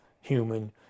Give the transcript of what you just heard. human